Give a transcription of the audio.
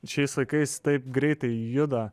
šiais laikais taip greitai juda